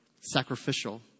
sacrificial